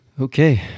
Okay